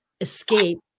escape